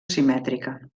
simètrica